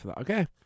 Okay